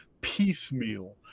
piecemeal